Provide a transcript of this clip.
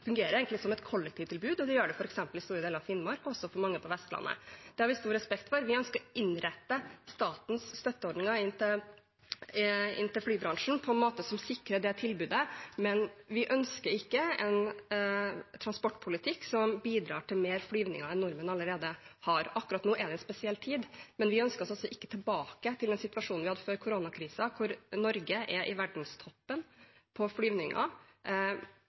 som et kollektivtilbud. Det gjør det f.eks. i store deler av Finnmark og også for mange på Vestlandet. Det har vi stor respekt for. Vi ønsker å innrette statens støtteordninger inn til flybransjen på en måte som sikrer det tilbudet, men vi ønsker ikke en transportpolitikk som bidrar til mer flyvninger enn det nordmenn allerede har. Akkurat nå er det en spesiell tid, men vi ønsker oss altså ikke tilbake til en situasjon vi hadde før koronakrisen, hvor Norge er i verdenstoppen på flyvninger